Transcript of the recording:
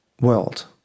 world